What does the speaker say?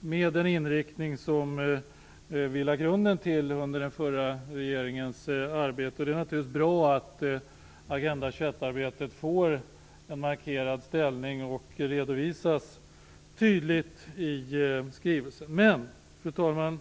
med den inriktning som vi lade grunden för under den förra regeringens arbete. Vidare är det naturligtvis bra att Agenda 21-arbetet får en markerad ställning och att det tydligt redovisas i skrivelsen.